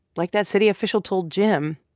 like that city official told jim,